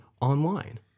online